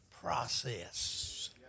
process